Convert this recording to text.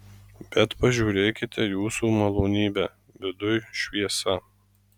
bet pažiūrėkite jūsų malonybe viduj šviesa